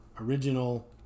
original